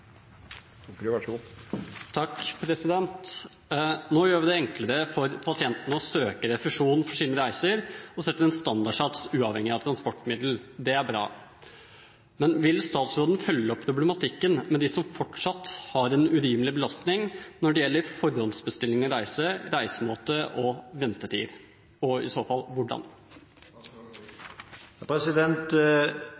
Nå gjør vi det enklere for pasientene å søke refusjon for sine reiser og setter en standardsats uavhengig av transportmiddel. Det er bra. Men vil statsråden følge opp problematikken med dem som fortsatt har en urimelig belastning når det gjelder forhåndsbestilling av reise, reisemåte og ventetid? Og i så fall hvordan?